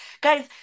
guys